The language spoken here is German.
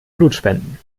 blutspenden